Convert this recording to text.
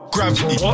Gravity